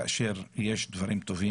כאשר יש דברים טובים,